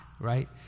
right